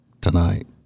tonight